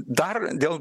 dar dėl